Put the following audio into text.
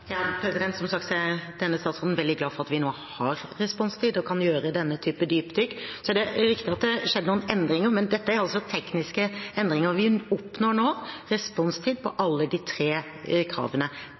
Som sagt er denne statsråden veldig glad for at vi nå har responstid og kan gjøre denne type dypdykk. Det er riktig at det har skjedd noen endringer, men dette er altså tekniske endringer. Vi oppnår nå responstid på